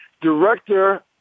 director